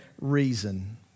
reason